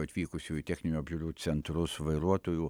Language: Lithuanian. atvykusių į techninių apžiūrų centrus vairuotojų